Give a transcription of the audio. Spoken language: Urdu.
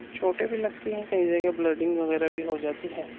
چوٹیں بھی لگتی ہیں کئی جگہ بلڈنگ وغیرہ بھی ہو جاتی ہے